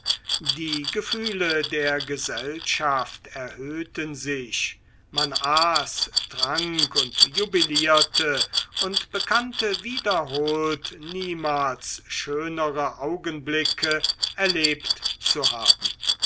die gefühle der gesellschaft erhöhten sich man aß trank und jubilierte und bekannte wiederholt niemals schönere augenblicke erlebt zu haben